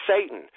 Satan